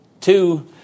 two